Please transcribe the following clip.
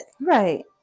right